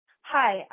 Hi